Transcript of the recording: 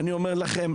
אני אומר לכם,